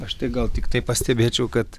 aš tai gal tiktai pastebėčiau kad